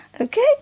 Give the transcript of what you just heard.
Okay